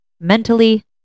mentally